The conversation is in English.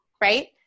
right